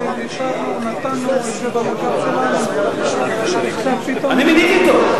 אני מיניתי אותו.